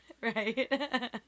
Right